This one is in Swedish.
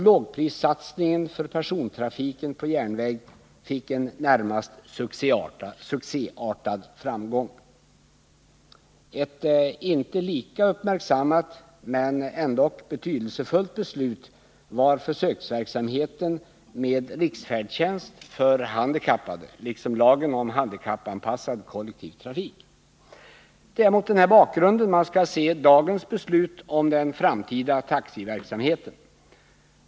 Lågprissatsningen för persontrafiken på järnväg fick en närmast succéartad framgång. Ett inte lika uppmärksammat men betydelsefullt beslut var försöksverksamheten med riksfärdtjänst för handikappade, liksom lagen om handikappanpassad kollektiv trafik. Det är mot den här bakgrunden man skall se dagens beslut om den framtida taxiverksamheten.